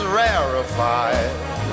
rarefied